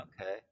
Okay